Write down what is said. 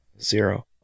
Zero